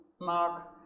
mark